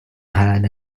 ahead